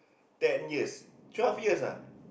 ten years twelve years ah